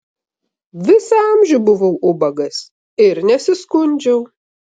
visą amžių buvau ubagas ir nesiskundžiau